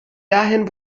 dahin